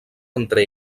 entre